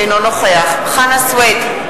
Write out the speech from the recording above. אינו נוכח חנא סוייד,